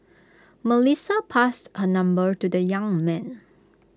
Melissa passed her number to the young man